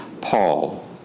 Paul